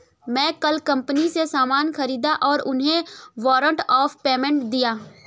मैं कल कंपनी से सामान ख़रीदा और उन्हें वारंट ऑफ़ पेमेंट दिया